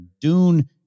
Dune